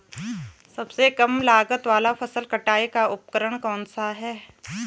सबसे कम लागत वाला फसल कटाई का उपकरण कौन सा है?